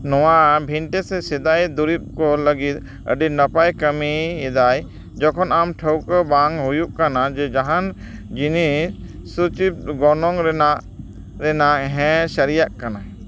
ᱱᱚᱣᱟ ᱵᱷᱤᱱᱴᱮᱡᱽ ᱥᱮ ᱥᱮᱫᱟᱭ ᱫᱩᱨᱤᱵᱽ ᱠᱚ ᱞᱟᱹᱜᱤᱫ ᱟᱹᱰᱤ ᱱᱟᱯᱟᱭ ᱠᱟᱹᱢᱤᱭᱮᱫᱟᱭ ᱡᱚᱠᱷᱚᱱ ᱟᱢ ᱴᱷᱟᱣᱠᱟᱹ ᱵᱟᱝ ᱦᱩᱭᱩᱜ ᱠᱟᱱᱟ ᱡᱮ ᱡᱟᱦᱟᱱ ᱡᱤᱱᱤᱥ ᱥᱚᱪᱤᱵᱽ ᱜᱚᱱᱚᱝ ᱨᱮᱱᱟᱜ ᱨᱮᱱᱟᱜ ᱦᱮᱸ ᱥᱟᱹᱨᱤᱭᱟᱜ ᱠᱟᱱᱟ